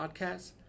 podcast